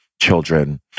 children